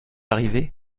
arrivé